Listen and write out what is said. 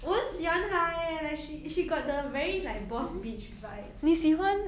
我很喜欢她 eh like she she got the very like boss bitch vibes